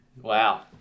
wow